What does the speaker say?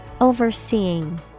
Overseeing